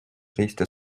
teiste